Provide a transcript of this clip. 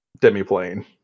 demiplane